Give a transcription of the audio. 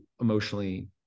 emotionally